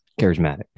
charismatic